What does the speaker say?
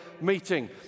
meeting